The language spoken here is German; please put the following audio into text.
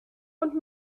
und